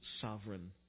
sovereign